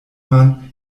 man